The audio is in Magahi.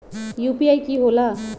यू.पी.आई कि होला?